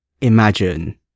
imagine